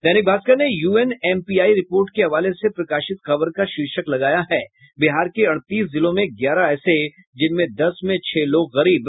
दैनिक भास्कर ने UN MPI report के हवाले से प्रकाशित खबर का शीर्षक लगाया है बिहार के अड़तीस जिलों में ग्यारह ऐसे जिनमें दस में छह लोग गरीब